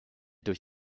durch